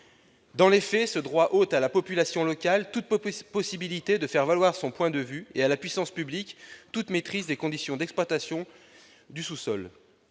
Dans les faits, ce droit ôte à la population locale toute possibilité de faire valoir son point de vue et à la puissance publique toute maîtrise des conditions d'exploitation du sous-sol.